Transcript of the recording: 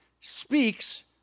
speaks